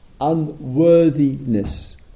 unworthiness